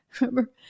Remember